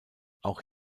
auch